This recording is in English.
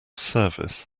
service